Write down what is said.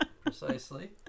Precisely